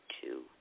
two